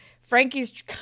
Frankie's